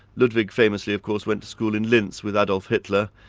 ludwig famously of course went to school in linz, with adolf hitler,